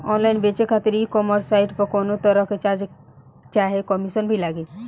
Online बेचे खातिर e commerce site पर कौनोतरह के चार्ज चाहे कमीशन भी लागी?